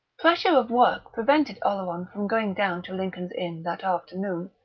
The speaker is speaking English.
pressure of work prevented oleron from going down to lincoln's inn that afternoon,